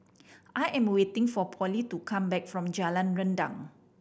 I am waiting for Polly to come back from Jalan Rendang